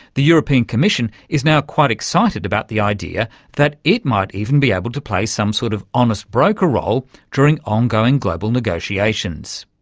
the european commission is now quite excited about the idea that it might even be able to play some sort of honest broker role during ongoing global negotiations.